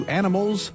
animals